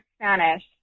Spanish